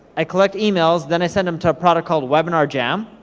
i collect emails, then i send em to a product called webinar jam.